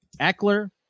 Eckler